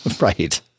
right